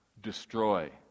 destroy